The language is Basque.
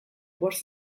bost